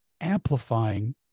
amplifying